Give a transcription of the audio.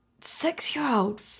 six-year-old